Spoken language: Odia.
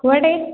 କୁଆଡ଼େ